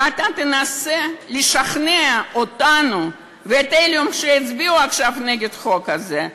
ואתה תנסה לשכנע אותנו ואת אלה שיצביעו עכשיו נגד החוק הזה.